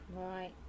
Right